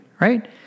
right